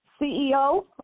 CEO